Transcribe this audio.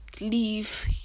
leave